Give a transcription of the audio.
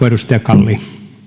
edustaja kalli